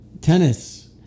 tennis